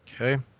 Okay